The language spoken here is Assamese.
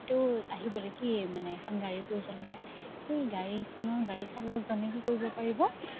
তেওঁৰ আহিবলে কি মানে এখন গাড়ীৰ প্ৰয়োজন বা সেই গাড়ীখনৰ গাড়ী চালকজনে কি কৰিব পাৰিব